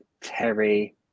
Terry